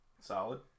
Solid